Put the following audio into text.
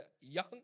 young